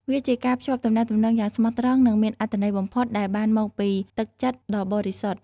វាជាការភ្ជាប់ទំនាក់ទំនងយ៉ាងស្មោះត្រង់និងមានអត្ថន័យបំផុតដែលបានមកពីទឹកចិត្តដ៏បរិសុទ្ធ។